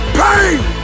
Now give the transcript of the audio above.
pain